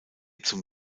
zum